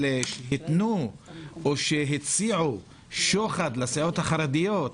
שהתנו או שהציעו שוחד לסיעות החרדיות: